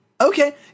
Okay